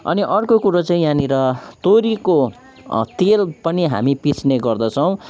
अनि अर्को कुरो चाहिँ यहाँनिर तोरीको तेल पनि हामी पिस्ने गर्दछौँ